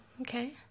Okay